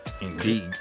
Indeed